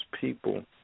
people